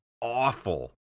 awful